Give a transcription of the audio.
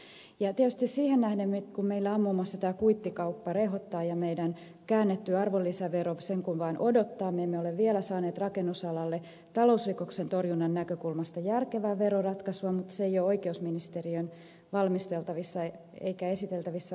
tietysti siihen nähden kun meillä muun muassa tämä kuittikauppa rehottaa ja käännetty arvonlisävero sen kun vaan odottaa me emme ole vielä saaneet rakennusalalle talousrikoksen torjunnan näkökulmasta järkevää veroratkaisua mutta se ei ole oikeusministeriön valmisteltavissa eikä esiteltävissä oleva asia